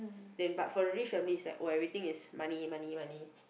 then but for the rich family is like oh everything is money money money